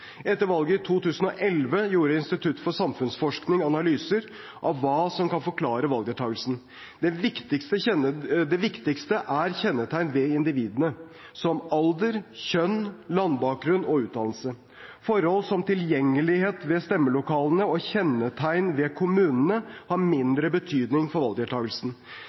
Etter valget i 2011 gjorde Institutt for samfunnsforskning analyser av hva som kan forklare valgdeltakelse. Det viktigste er kjennetegn ved individene, som alder, kjønn, landbakgrunn og utdannelse. Forhold som tilgjengelighet til stemmelokalene og kjennetegn ved kommunene har mindre betydning for valgdeltakelsen.